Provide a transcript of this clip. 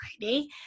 Friday